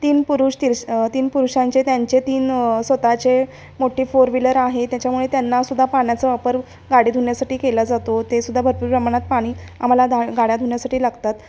तीन पुरुष तीर्स तीन पुरुषांचे त्यांचे तीन स्वतःचे मोठी फोर व्हीलर आहे त्याच्यामुळे त्यांनासुद्धा पाण्याचा वापर गाडी धुण्यासाठी केला जातो ते सुद्धा भरपूर प्रमाणात पाणी आम्हाला दहा गाड्या धुण्यासाठी लागतात